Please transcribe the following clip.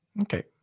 Okay